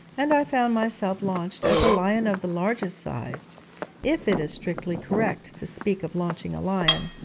and i found myself launched as a lion of the largest size if it is strictly correct to speak of launching a lion.